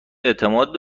اعتماد